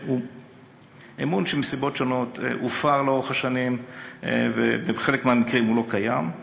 שהוא אמון שמסיבות שונות הופר לאורך השנים ובחלק מהמקרים הוא לא קיים.